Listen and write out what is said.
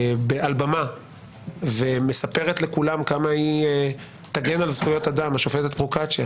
על במה ומספרת לכולם כמה היא תגן על זכויות אדם השופטת פרוקצ'יה